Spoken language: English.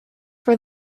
for